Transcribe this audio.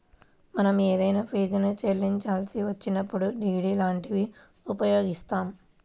మనం ఏదైనా ఫీజుని చెల్లించాల్సి వచ్చినప్పుడు డి.డి లాంటివి ఉపయోగిత్తాం